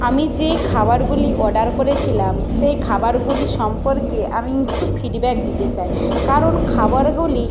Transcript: আমি যে খাবারগুলি অর্ডার করেছিলাম সেই খাবারগুলি সম্পর্কে আমি একটু ফিডব্যাক দিতে চাই কারণ খাবারগুলি